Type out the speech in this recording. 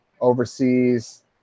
overseas